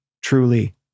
Truly